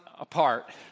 Apart